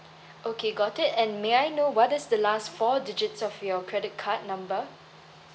okay got it and may I know what is the last four digits of your credit card number